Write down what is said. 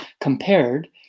compared